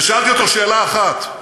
שאלתי אותו שאלה אחת.